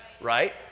Right